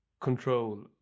control